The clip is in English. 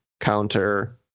counter